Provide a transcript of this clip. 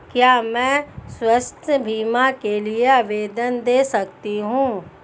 क्या मैं स्वास्थ्य बीमा के लिए आवेदन दे सकती हूँ?